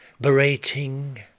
berating